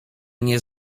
nie